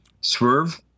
swerve